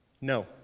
no